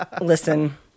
Listen